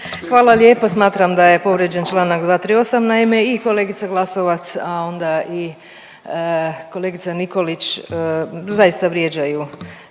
Hvala lijepo. Smatram da je povrijeđen čl. 238. Naime i kolegica Glasovac, a onda i kolegica Nikolić zaista vrijeđaju